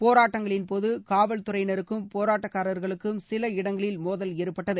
போராட்டங்களின்போது காவல் துறையினருக்கும் போராட்டக்காரர்களுக்கும் சில இடங்களில் மோதல் ஏற்பட்டது